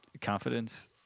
confidence